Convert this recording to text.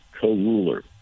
co-ruler